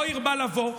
לא הרבה לבוא,